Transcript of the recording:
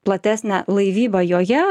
platesnę laivybą joje